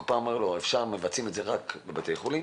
הקופה אומרת לו שעכשיו מבצעים את זה רק בבתי חולים,